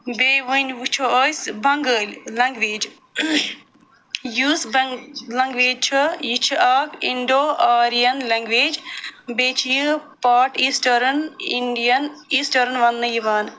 بیٚیہِ وَنہِ وٕچھو أسۍ بنٛگٲلۍ لنٛگویج یُس بن لنٛگویج چھُ یہِ چھُ اکھ اِنڈو آرِین لنٛگویج بیٚیہِ چھِ یہِ پاٹ ایٖسٹٲرٕن اِنٛڈین ایٖسٹٲرٕن ونٛنہٕ یِوان